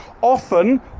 often